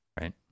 Right